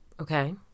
okay